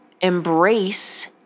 embrace